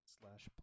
slash